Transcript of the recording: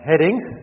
headings